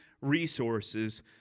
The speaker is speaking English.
resources